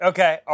Okay